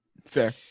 Fair